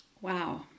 Wow